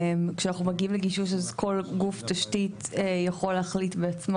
כשאנחנו מגיעים לגישוש אז כל גוף תשתית יכול להחליט בעצמו